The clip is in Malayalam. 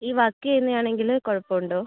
ഈ വർക്ക് ചെയ്യുന്ന ആണെങ്കിൽ കുഴപ്പം ഉണ്ടോ